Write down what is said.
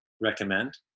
recommend